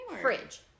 Fridge